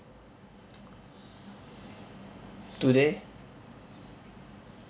today